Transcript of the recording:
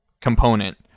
component